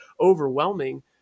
overwhelming